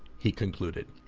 he concluded.